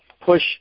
push